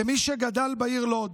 כמי שגדל בעיר לוד,